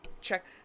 check